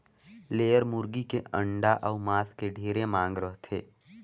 layer मुरगी के अंडा अउ मांस के ढेरे मांग रहथे